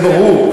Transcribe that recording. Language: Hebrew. זה ברור.